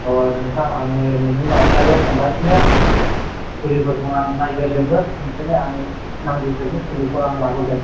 नोंथां आङो नोंनि नारसारियाव थांगासिनो फुलिफोरखौ आं नायग्रो जोबगोन ओमफ्रायनो आङो नांगौ बायदि फुलिखौ आं लाबोगोन